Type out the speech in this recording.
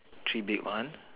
three big one